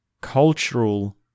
cultural